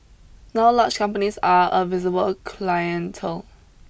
now large companies are a visible clientele